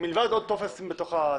מלבד עוד טופס בתוך התיק.